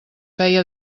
feia